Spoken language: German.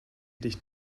dich